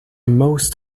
most